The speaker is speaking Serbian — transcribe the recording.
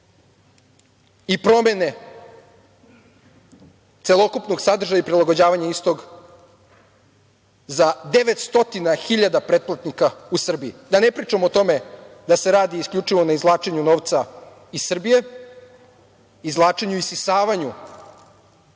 i promene celokupnog sadržaja i prilagođavanje istog za 900.000 pretplatnika u Srbiji. Da ne pričamo o tome da se radi isključivo na izvlačenju novca iz Srbije, izvlačenju i isisavanju